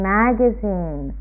magazine